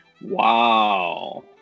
wow